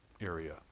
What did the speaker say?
area